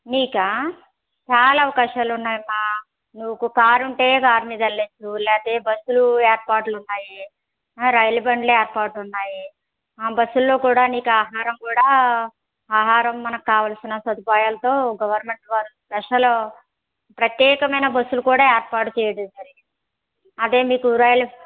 నీకా చాలా అవకాశాలున్నాయమ్మ నీకు కారు ఉంటే కారు మీద వెళ్ళచ్చు లేకపోతే బస్సు ఏర్పాట్లు ఉన్నాయి ఆ రైలు బండ్లు ఏర్పాట్లు ఉన్నాయి బస్సుల్లో కూడా నీకు ఆహారం కూడా ఆహారం మనకి కావాల్సిన సదుపాయాలతో గవర్నమెంట్ వారు స్పెషల్ ప్రత్యేకమైన బస్సులు కూడా ఏర్పాటు చెయ్యడం జరిగింది అదే మీకు రైలు